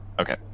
okay